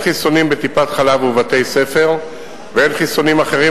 הן חיסונים בטיפת-חלב ובבתי-ספר והן חיסונים אחרים,